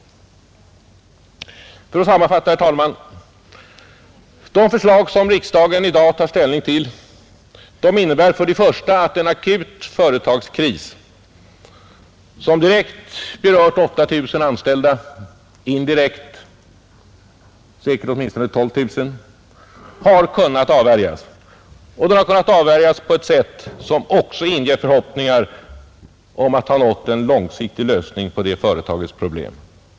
För att sammanfatta, herr talman: De förslag som riksdagen i dag tar ställning till innebär att en akut företagskris, som direkt berört 8 000 anställda och indirekt säkert åtminstone 12 000, har kunnat avvärjas och detta på ett sätt som också inger förhoppningar om att man har nått en långsiktig lösning på företagets problem.